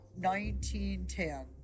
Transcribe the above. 1910